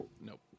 Nope